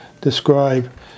describe